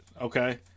okay